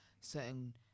certain